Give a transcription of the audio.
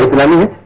never